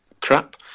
crap